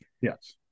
Yes